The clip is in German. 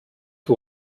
die